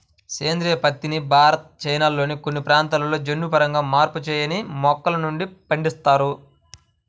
సేంద్రీయ పత్తిని భారత్, చైనాల్లోని కొన్ని ప్రాంతాలలో జన్యుపరంగా మార్పు చేయని మొక్కల నుండి పండిస్తారు